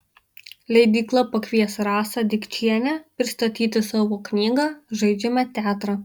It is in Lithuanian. leidykla pakvies rasą dikčienę pristatyti savo knygą žaidžiame teatrą